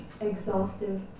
Exhaustive